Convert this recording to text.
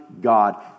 God